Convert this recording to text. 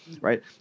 right